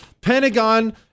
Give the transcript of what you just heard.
Pentagon